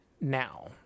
Now